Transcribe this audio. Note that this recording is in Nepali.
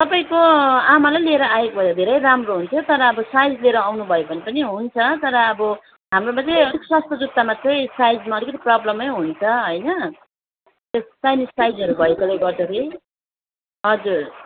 तपाईँको आमालाई लिएर आएको भए धेरै राम्रो हुन्थ्यो तर अब साइज लिएर आउनु भयो भने पनि हुन्छ तर अब हाम्रोमा चाहिँ सस्तो जुत्तामा चाहिँ साइजमा अलिकति प्रोब्लमै हुन्छ होइन सानु साइजहरू भएकोले गर्दाखेरि हजुर